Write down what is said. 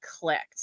clicked